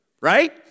right